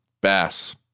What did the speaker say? bass